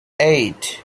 eight